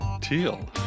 teal